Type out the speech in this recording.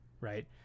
Right